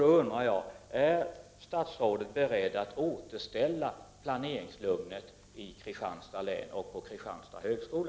Då undrar jag: Är statsrådet be redd att återställa planeringslugnet i Kristianstads län och på Kristianstads högskola?